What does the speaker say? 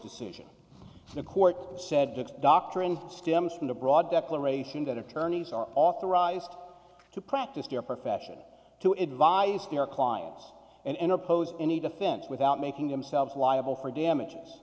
decision the court said the doctrine stimson a broad declaration that attorneys are authorized to practice their profession to advise their clients and oppose any defense without making themselves liable for damages